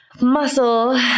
muscle